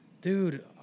dude